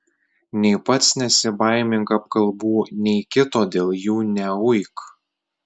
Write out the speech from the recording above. nei pats nesibaimink apkalbų nei kito dėl jų neuik